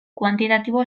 kuantitatibo